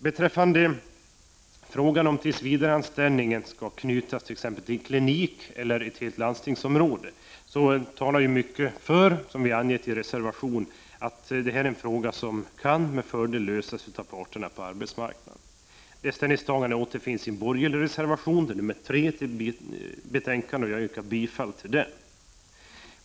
Beträffande frågan huruvida tillsvidareanställningen skall knytas till en klinik eller ett helt landstingsområde talar mycket för att detta är en fråga som med fördel kan lösas av parterna på arbetsmarknaden. Detta ställningstagande återges i en borgerlig reservation, nr 3, och jag yrkar bifall till den.